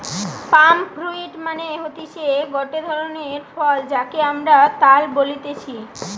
পাম fruit মানে হতিছে গটে ধরণের ফল যাকে আমরা তাল বলতেছি